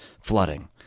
flooding